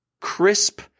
crisp